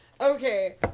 okay